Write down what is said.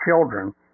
children